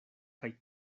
kaj